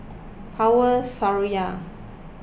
Power Seraya